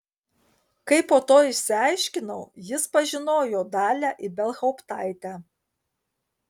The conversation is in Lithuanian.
kaip po to išsiaiškinau jis pažinojo dalią ibelhauptaitę